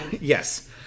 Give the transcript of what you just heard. yes